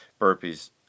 burpees